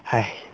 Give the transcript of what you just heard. !hais!